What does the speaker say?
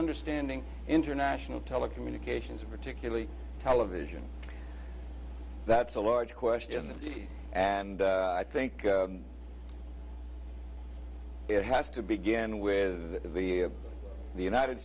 understanding international telecommunications and particularly television that's a large question and i think it has to begin with the of the united